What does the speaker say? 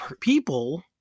people